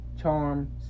charm